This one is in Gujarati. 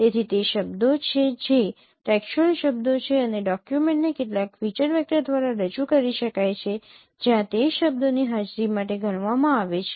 તેથી તે શબ્દો છે જે ટેક્સ્ચ્યુઅલ શબ્દો છે અને ડોકયુમેન્ટને કેટલાક ફીચર વેક્ટર દ્વારા રજૂ કરી શકાય છે જ્યાં તે શબ્દોની હાજરી માટે ગણવામાં આવે છે